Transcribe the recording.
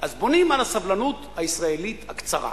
אז בונים על הסבלנות הישראלית הקצרה.